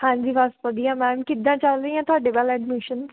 ਹਾਂਜੀ ਬਸ ਵਧੀਆ ਮੈਮ ਕਿੱਦਾਂ ਚੱਲ ਰਹੀ ਹਾਂ ਤੁਹਾਡੇ ਵੱਲ ਐਡਮਿਸ਼ਨਸ